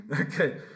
Okay